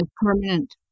permanent